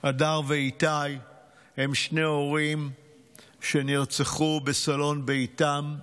הדר ואיתי הם שני הורים שנרצחו בסלון ביתם,